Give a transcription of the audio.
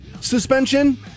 suspension